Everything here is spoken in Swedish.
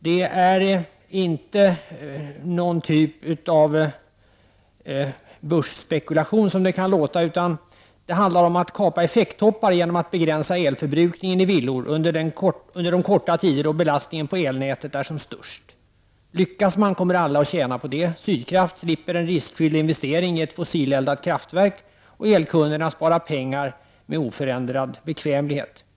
Det är inte fråga om någon typ av börsspekulation, som det kan låta, utan det handlar om att kapa effekttoppar genom att begränsa elförbrukningen i villor under de korta tider då belastningen på elnätet är som störst. Om man lyckas, kommer alla att tjäna på det. Sydkraft slipper en riskfylld investering i ett fossileldat kraftverk. Elkunderna sparar pengar med oförändrad bekvämlighet.